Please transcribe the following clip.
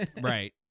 right